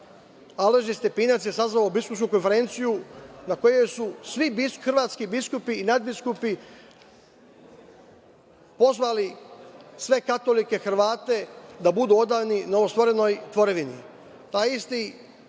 Alojzije Stepinac je sazvao biskupsku konferenciju na kojoj su svi hrvatski biskupi i nadbiskupi pozvali sve katolike Hrvate da budu odani novostvorenoj tvorevini. Taj